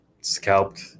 scalped